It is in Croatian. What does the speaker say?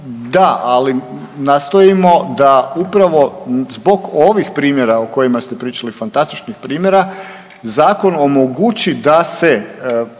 da ali nastojimo da upravo zbog ovih primjera o kojima ste pričali, fantastičnih primjera zakon omogući da se